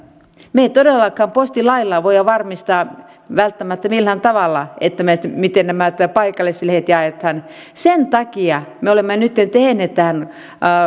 me emme todellakaan postilailla voi varmistaa välttämättä millään tavalla miten nämä paikallislehdet jaetaan sen takia me olemme nytten tehneet tähän